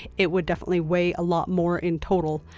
it would definitely weigh a lot more in total.